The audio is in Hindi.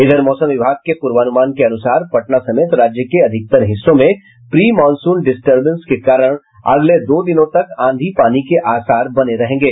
इधर मौसम विभाग के पूर्वानुमान के अनुसार पटना समेत राज्य के अधिकतर हिस्सों में प्री मॉनसून डिर्स्टवेंस के कारण अगले दो दिनों तक आंधी पानी के आसार बन रहेंगे